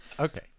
Okay